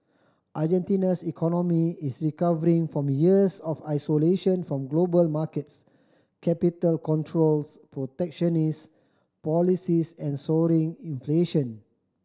Argentina's economy is recovering from years of isolation from global markets capital controls protectionist policies and soaring inflation